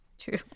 True